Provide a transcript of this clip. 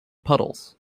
puddles